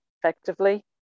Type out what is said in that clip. effectively